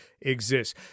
exists